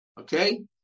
Okay